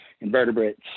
invertebrates